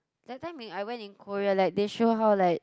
that time I went in Korea like they show how like